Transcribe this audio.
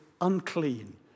unclean